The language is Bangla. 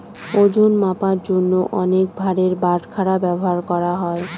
ওজন মাপার জন্য অনেক ভারের বাটখারা ব্যবহার করা হয়